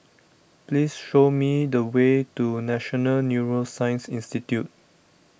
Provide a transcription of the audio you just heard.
please show me the way to National Neuroscience Institute